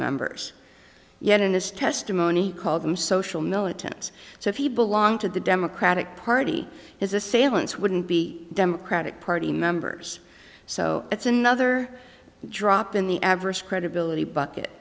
members yet in this testimony called them social militants so if he belonged to the democratic party his assailants wouldn't be democratic party members so that's another drop in the average credibility bucket